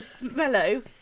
mellow